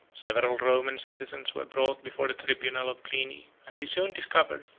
several roman citizens were brought before the tribunal of pliny, and he soon discovered,